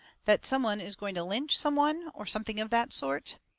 that some one is going to lynch some one, or something of that sort?